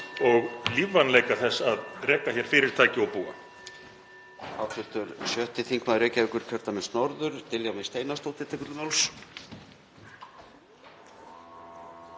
og lífvænleika þess að reka hér fyrirtæki og búa.